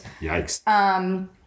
Yikes